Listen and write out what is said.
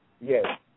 yes